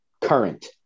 Current